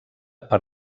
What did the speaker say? per